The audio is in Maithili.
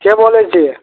के बोलय छियै